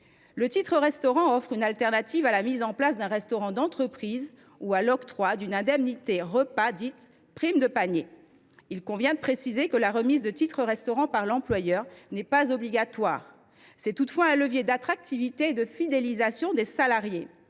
Il offre une sécurité sociale de rechange à la mise en place d’un restaurant d’entreprise ou à l’octroi d’une indemnité repas dite prime de panier. Il convient de préciser que la remise de titres restaurant par l’employeur n’est pas obligatoire. Elle représente toutefois un levier d’attractivité et de fidélisation des salariés.